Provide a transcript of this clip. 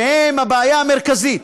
שהם הבעיה המרכזית,